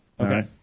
Okay